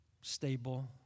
stable